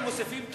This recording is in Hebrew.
ומוסיפים כסף,